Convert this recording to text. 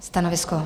Stanovisko?